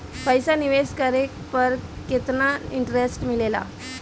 पईसा निवेश करे पर केतना इंटरेस्ट मिलेला?